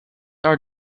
are